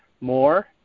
more